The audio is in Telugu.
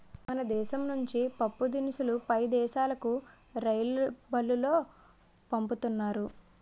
మన దేశం నుండి పప్పుదినుసులు పై దేశాలుకు రైలుబల్లులో పంపుతున్నారు